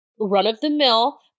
run-of-the-mill